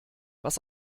was